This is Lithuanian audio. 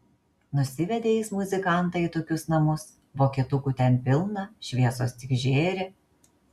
nusivedė jis muzikantą į tokius namus vokietukų ten pilna šviesos tik žėri